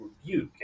rebuke